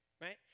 right